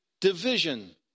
division